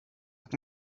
pak